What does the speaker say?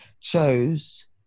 chose